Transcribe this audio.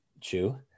chew